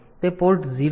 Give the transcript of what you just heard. તેથી તે પોર્ટ 0 છે